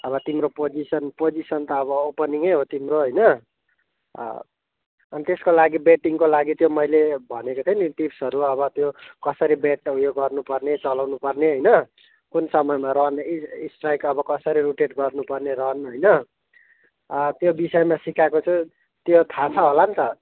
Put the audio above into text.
अब तिम्रो position position त अब ओपनिङै हो तिम्रो होइन अनि त्यसको लागि ब्याटिङको लागि चाहिँ मैले भनेको थिएँ नि टिप्सहरू अब त्यो कसरी ब्याट उयो गर्नुपर्ने चलाउनुपर्ने होइन कुन समयमा रन स्ट्राइक अब कसरी रोटेट गर्नुपर्ने रन होइन त्यो विषयमा सिकाएको छु त्यो थाहा छ होला नि त